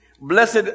Blessed